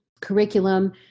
curriculum